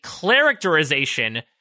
characterization